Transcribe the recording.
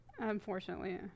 unfortunately